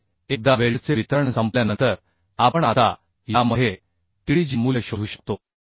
तर एकदा वेल्डचे वितरण संपल्यानंतर आपण आता यामध्ये TDG मूल्य शोधू शकतो